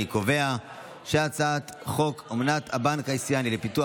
אני קובע שהצעת חוק אמנת הבנק האסייני לפיתוח,